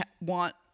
want